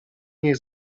niech